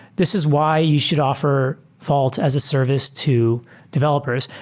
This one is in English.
this is why you should offer vault as a service to developers.